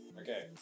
okay